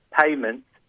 payments